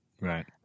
Right